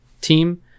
team